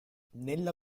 nella